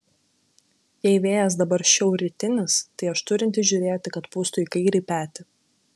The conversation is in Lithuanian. jei vėjas dabar šiaurrytinis tai aš turintis žiūrėti kad pūstų į kairį petį